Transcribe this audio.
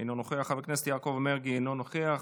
אינו נוכח, חבר הכנסת יעקב מרגי, אינו נוכח.